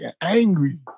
angry